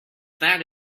that